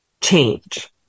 change